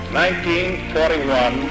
1941